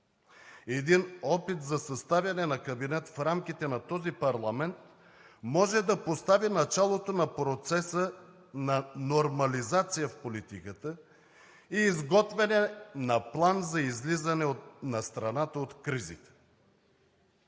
Един опит за съставяне на кабинет в рамките на този парламент може да постави началото на процеса на нормализация в политиката и изготвяне на план за излизане на страната от кризите.